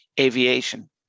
aviation